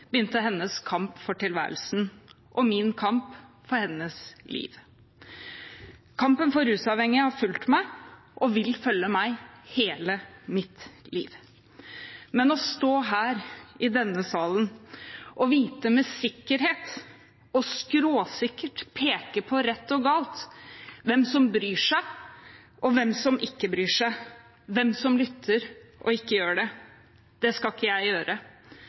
begynte hennes kamp for tilværelsen og min kamp for hennes liv. Kampen for rusavhengige har fulgt meg og vil følge meg hele mitt liv, men å stå her i denne salen og vite med sikkerhet og skråsikkert peke på rett og galt, hvem som bryr seg, og hvem som ikke bryr seg, hvem som lytter, og hvem som ikke gjør det, skal ikke jeg gjøre.